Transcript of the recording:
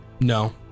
no